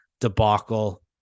debacle